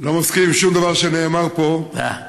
לא מסכים לשום דבר שנאמר פה, אה,